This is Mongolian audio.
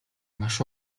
маш